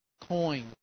coin